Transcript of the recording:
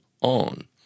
on